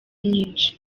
nyinshi